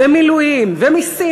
מילואים ומסים,